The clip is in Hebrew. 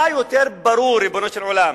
מה יותר ברור, ריבונו של עולם,